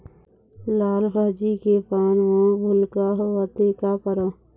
लाल भाजी के पान म भूलका होवथे, का करों?